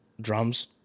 drums